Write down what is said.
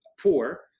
poor